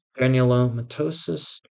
granulomatosis